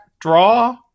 draw